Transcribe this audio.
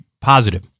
positive